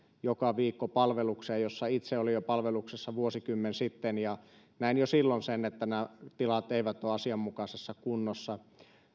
joka viikko palvelukseen niihinkin sodankylässä oleviin kiinteistöihin joissa itse olin jo palveluksessa vuosikymmen sitten näin jo silloin sen että nämä tilat eivät ole asianmukaisessa kunnossa